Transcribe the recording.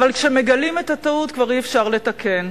אבל כשמגלים את הטעות כבר אי-אפשר לתקן.